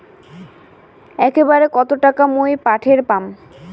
একবারে কত টাকা মুই পাঠের পাম?